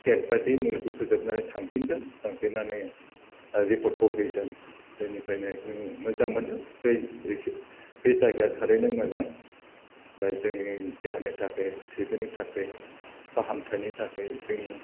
date बायदि मुलिखौ फोजोबनानै थांफिन्दों थांफिन्नानै ओह रिपर्टखौ हैदों बेनिफ्रानो जोङो मोजां मोनदों बे एसे बे जायगाया थारैनो मोजां बे जोंनि देहानि थाखाय ट्रिटमेन्टनि थाखै फाहामथाइनि थाखै जोंनि